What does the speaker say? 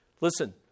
Listen